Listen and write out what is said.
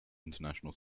international